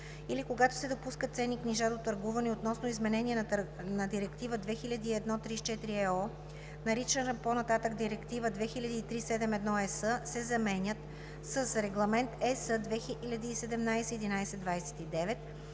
или когато се допускат ценни книжа до търгуване, и относно изменение на Директива 2001/34/ЕО, наричана по-нататък „Директива 2003/71/ЕС“ се заменят с „Регламент (ЕС) 2017/1129